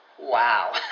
Wow